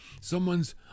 Someone's